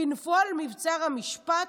בנפול מבצר המשפט,